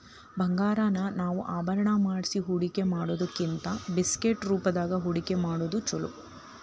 ಬಂಗಾರಾನ ನಾವ ಆಭರಣಾ ಮಾಡ್ಸಿ ಹೂಡ್ಕಿಮಾಡಿಡೊದಕ್ಕಿಂತಾ ಬಿಸ್ಕಿಟ್ ರೂಪ್ದಾಗ್ ಹೂಡ್ಕಿಮಾಡೊದ್ ಛೊಲೊ